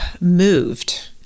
moved